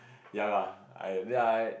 ya lar I then I